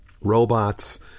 robots